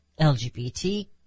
LGBT